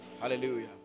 Hallelujah